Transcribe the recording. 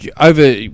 over